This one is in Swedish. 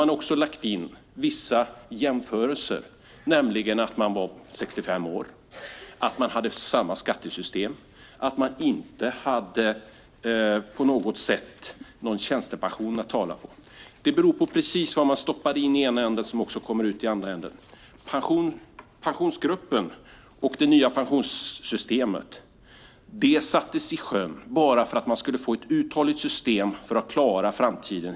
Man har lagt in vissa jämförelser, nämligen att man är 65 år, har samma skattesystem och att man inte har någon tjänstepension. Vad man stoppar in i ena änden har betydelse för vad som kommer ut i andra änden. Pensionsgruppen och det nya pensionssystemet sattes i sjön för att man skulle få ett uthålligt och stabilt system för att klara framtiden.